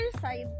side